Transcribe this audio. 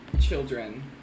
children